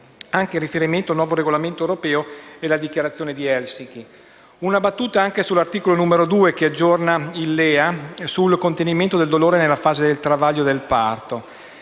anche in riferimento al nuovo regolamento europeo e alla Dichiarazione di Helsinki. Una considerazione anche sull'articolo 2, che aggiorna i LEA, e sul contenimento del dolore nella fase del travaglio del parto.